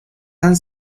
han